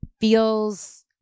feels